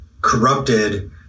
corrupted